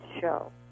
show